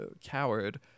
coward